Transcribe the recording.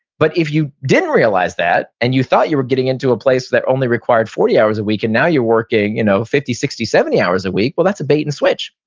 but if you didn't realize that, and you thought you were getting into a place that only required forty hours a week, and now you're working you know fifty, sixty, seventy hours a week. well, that's a bait and switch.